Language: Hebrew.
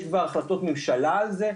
יש כבר החלטות ממשלה על זה,